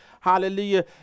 hallelujah